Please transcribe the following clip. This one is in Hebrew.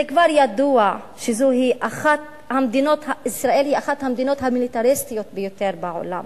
זה כבר ידוע שישראל היא אחת המדינות המיליטריסטיות ביותר בעולם,